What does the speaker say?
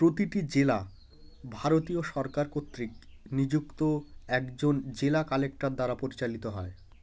প্রতিটি জেলা ভারতীয় সরকার কর্তৃক নিযুক্ত একজন জেলা কালেক্টর দ্বারা পরিচালিত হয়